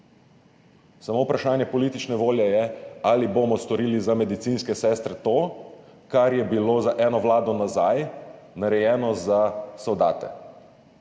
Samo vprašanje politične volje je, ali bomo storili za medicinske sestre to, kar je bilo z eno vlado nazaj narejeno za soldate.